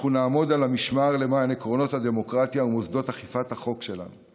אנחנו נעמוד על המשמר למען עקרונות הדמוקרטיה ומוסדות אכיפת החוק שלה.